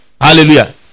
Hallelujah